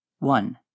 One